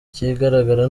ikigaragara